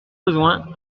besoins